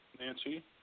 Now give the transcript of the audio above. Nancy